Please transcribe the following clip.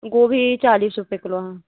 गोभी चालीस रुपये किलो हैं